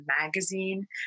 magazine